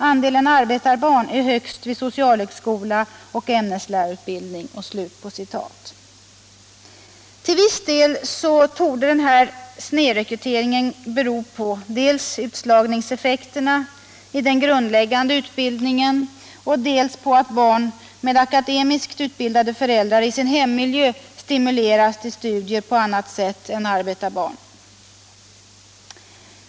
Andelen arbetarbarn är högst vid socialhögskola och ämneslärarutbildning.” I viss utsträckning torde denna snedrekrytering bero dels på utslagningseffekterna i den grundläggande utbildningen, dels på att barn med akademiskt utbildade föräldrar i sin hemmiljö stimuleras till studier på annat sätt än arbetarbarn.